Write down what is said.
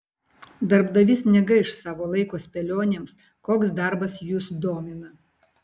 darbdavys negaiš savo laiko spėlionėms koks darbas jus domina